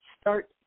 start